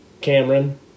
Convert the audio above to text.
Cameron